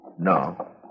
No